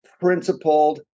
principled